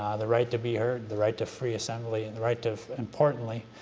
the right to be heard, the right to free assembly and the right to, importantly,